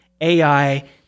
AI